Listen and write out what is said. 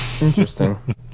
Interesting